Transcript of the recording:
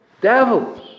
devils